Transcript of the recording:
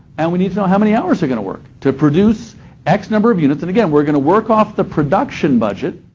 and we need to know how many hours they're going to work to produce x number of units, and, again, we're going to work off the production budget,